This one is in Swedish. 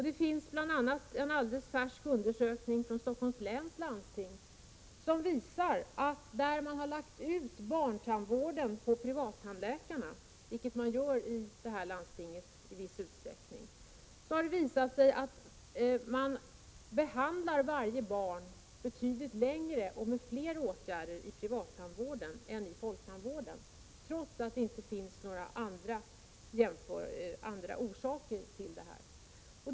Det finns bl.a. en färsk undersökning från Stockholms läns landsting som visar att där man har lagt ut barntandvården på privattandläkarna, vilket man i viss utsträckning gör i detta landsting, behandlas varje barn betydligt längre och med fler åtgärder i privattandvården än i folktandvården, utan att det finns några speciella orsaker till det.